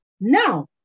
Now